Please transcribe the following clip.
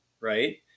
right